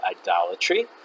idolatry